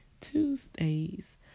Tuesdays